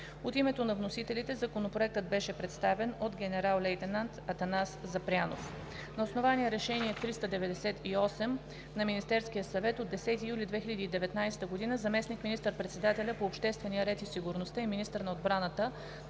От името на вносителите Законопроектът беше представен от генерал-лейтенант Атанас Запрянов. На основание Решение № 398 на Министерския съвет от 10 юли 2019 г. заместник министър-председателят по обществения ред и сигурността и министър на отбраната